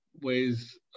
ways